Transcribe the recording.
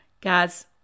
Guys